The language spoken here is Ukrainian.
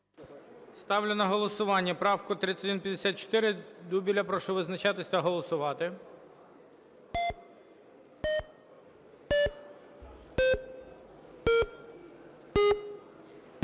Ставлю на голосування правку 3154 Дубеля. Прошу визначатись та голосувати.